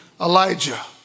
Elijah